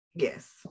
Yes